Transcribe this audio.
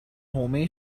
حومه